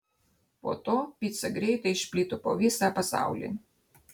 po to pica greitai išplito po visą pasaulį